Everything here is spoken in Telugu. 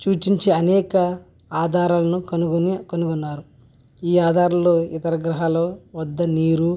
సూచించే అనేక ఆధారాలను కనుగొని కనుగొన్నారు ఈ ఆధారాలలో ఇతర గ్రహాలు వద్ద నీరు